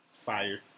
Fire